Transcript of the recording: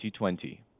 2020